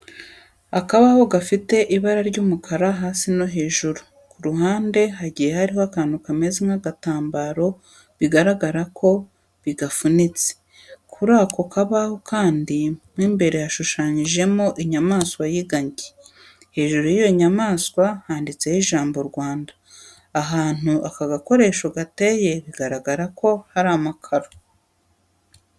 Akabaho gafite ibara ry'umukara hasi no hejuru, ku ruhande hagiye hariho akantu kameze nk'agatambaro bigaragara ko bigafunitse. Kuri ako kabaho kandi mo imbere hashushanyijemo inyamaswa y'ingagi. Hejuru y'iyo nyamaswa handitseho ijambo Rwanda. Ahantu aka gakoresho gateye biragaragara ko hari amakaro.